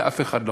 לאף אחד לא.